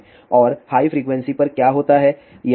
और high frequency पर क्या होता है